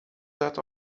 zuid